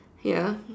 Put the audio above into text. ya